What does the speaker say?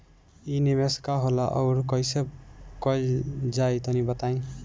इ निवेस का होला अउर कइसे कइल जाई तनि बताईं?